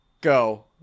Go